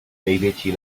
největší